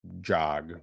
jog